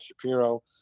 Shapiro